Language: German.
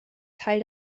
teil